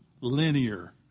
linear